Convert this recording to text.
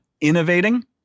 innovating